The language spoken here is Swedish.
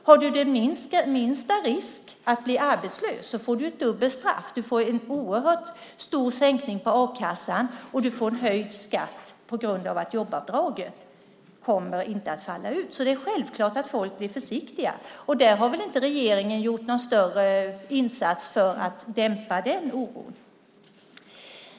Löper man risk att bli arbetslös får man dubbelt straff. Man får en stor sänkning i a-kasseersättningen och höjd skatt på grund av att jobbskatteavdraget inte faller ut. Då är det självklart att folk blir försiktiga. Regeringen har inte gjort någon större insats för att dämpa denna oro.